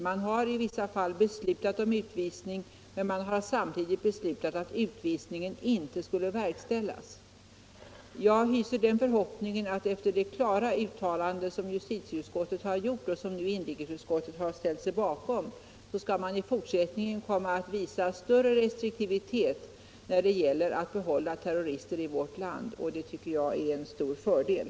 Man har i vissa fall beslutat om utvisning men samtidigt också att denna inte skulle verkställas. Jag hyser den förhoppningen att man efter det klara uttalande som justitieutskottet har gjort och som inrikesutskottet har ställt sig bakom i fortsättningen skall visa restriktivitet när det gäller att behålla terrorister i vårt land. Det tycker jag skulle vara en stor fördel.